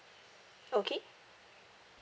okay